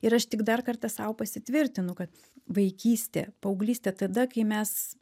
ir aš tik dar kartą sau pasitvirtinu kad vaikystė paauglystė tada kai mes